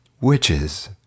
witches